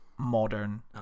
modern